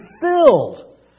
filled